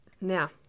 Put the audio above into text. Now